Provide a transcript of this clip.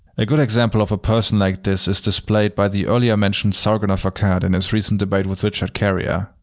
a good example of a person like this is displayed by the earlier-mentioned sargon of akkad in his recent debate with richard carrier.